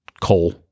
coal